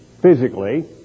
physically